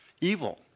evil